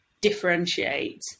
differentiate